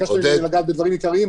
ביקשת ממני לגעת בדברים עיקריים,